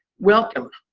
welcome.